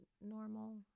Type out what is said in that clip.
normal